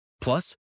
Plus